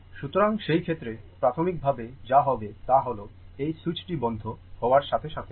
সুতরাং সেই ক্ষেত্রে প্রাথমিকভাবে যা হবে তা হল এই সুইচটি বন্ধ হওয়ার সাথে সাথেই